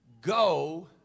Go